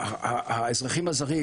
מספר האזרחים הזרים